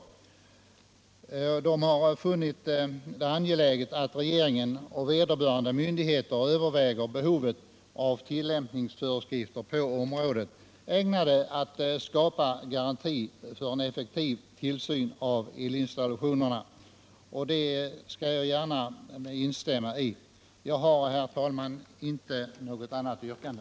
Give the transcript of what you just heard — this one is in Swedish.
Utskottet har funnit det angeläget att regeringen och vederbörande myndigheter överväger behovet av tillämpningsföreskrifter på området, ägnade att skapa garanti för en effektiv tillsyn av elinstallationsarbeten. Det skall jag gärna instämma i. Jag har, herr talman, inget yrkande.